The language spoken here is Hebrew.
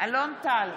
אלון טל,